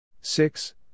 Six